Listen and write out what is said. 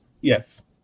Yes